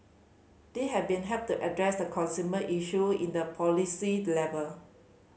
they have been helped the address the consumer issue in the policy level